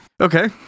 okay